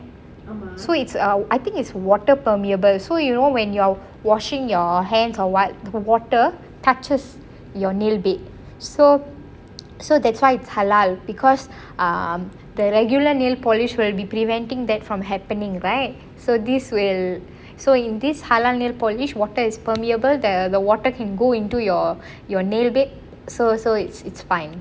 so it's err I think it's water permeable so you know when you are washing your hands or what the water touches your nail bed so so that's why it's halal because um the regular nail polish will be preventing that from happening right so this will so in this halal nail polish water is permeable the water can go into your your nail bed so so it's it's fine